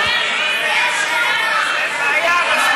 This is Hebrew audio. אתם תוכלו לתרום בכל התחומים.